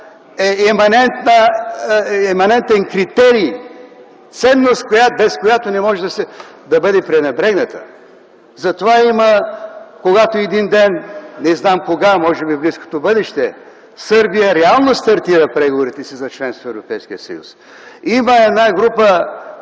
иманентен критерий, ценност, без която не може да бъде пренебрегната. Затова, когато един ден – не знам кога, може би в близкото бъдеще, Сърбия реално стартира преговорите си за членство в Европейския